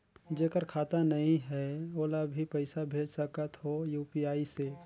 जेकर खाता नहीं है ओला भी पइसा भेज सकत हो यू.पी.आई से?